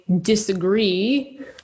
disagree